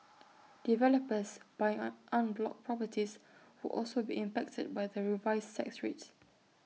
developers buying en bloc properties would also be impacted by the revised tax rates